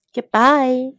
Goodbye